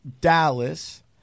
Dallas